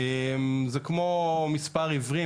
זה כמו מספר עיוורים,